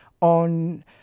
on